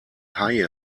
haie